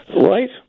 right